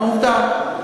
עובדה.